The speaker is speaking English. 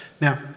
Now